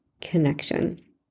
connection